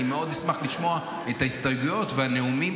אני מאוד אשמח לשמוע את ההסתייגויות והנאומים